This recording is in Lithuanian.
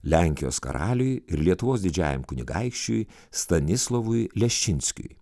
lenkijos karaliui ir lietuvos didžiajam kunigaikščiui stanislovui leščinskiui